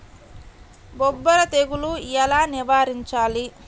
బొబ్బర తెగులు ఎలా నివారించాలి?